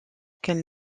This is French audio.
quelle